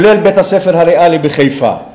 כולל בית-הספר "הריאלי" בחיפה.